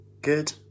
Good